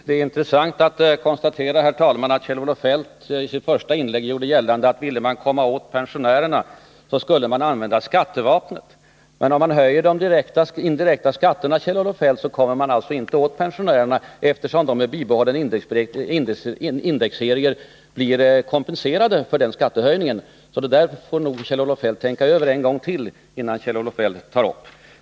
Herr talman! Det är intressant att konstatera att Kjell-Olof Feldt i sitt första inlägg gjorde gällande att ville man ”komma åt” pensionärerna skulle man använda skattevapnet. Men om man höjer de indirekta skatterna, Kjell-Olof Feldt, ”kommer man inte åt” pensionärerna, eftersom de med bibehållna indexserier blir kompenserade för skattehöjningar. Det där får nog Kjell-Olof Feldt tänka över en gång till, innan han tar upp det.